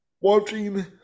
watching